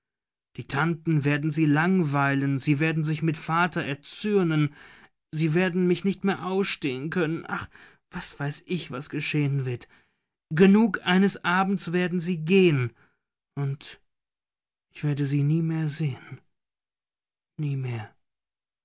die tanten werden sie langweilen sie werden sich mit vater erzürnen sie werden mich nicht mehr ausstehen können ach was weiß ich was geschehen wird genug eines abends werden sie gehen und ich werde sie nie mehr sehen nie mehr